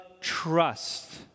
trust